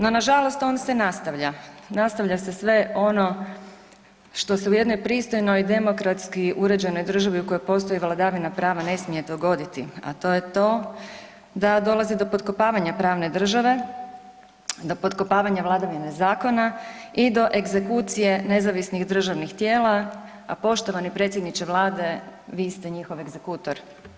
No nažalost on se nastavlja, nastavlja se sve ono što se u jednoj pristojnoj i demokratski uređenoj državi u kojoj postoji vladavina prava ne smije dogoditi, a to je to da dolazi do potkopavanja pravne države, do potkopavanja vladavine zakona i do egzekucije nezavisnih državnih tijela, a poštovani predsjedniče vlade vi ste njihov egzekutor.